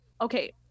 okay